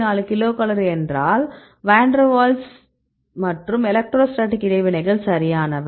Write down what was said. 4 kilocalorie என்றால் van der Waals மற்றும் electrostatic இடைவினைகள் சரியானவை